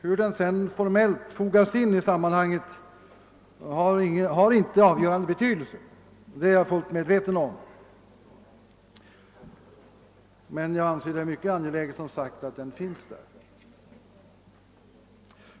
Hur denna sedan formellt fogas in i sammanhanget har inte någon avgörande betydelse — det är jag fullt medveten om. Men jag är, som sagt, mycket angelägen om att den finns där.